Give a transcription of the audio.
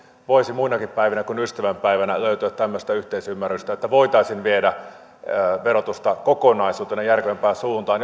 voisi muinakin päivänä kuin ystävänpäivänä löytyä tämmöistä yhteisymmärrystä että voitaisiin viedä verotusta kokonaisuutena järkevämpään suuntaan